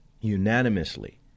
unanimously